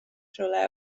rhywle